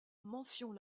mention